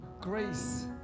grace